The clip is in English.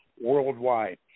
Worldwide